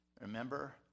Remember